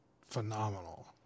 phenomenal